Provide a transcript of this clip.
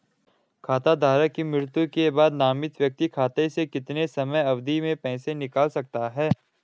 खाता धारक की मृत्यु के बाद नामित व्यक्ति खाते से कितने समयावधि में पैसे निकाल सकता है?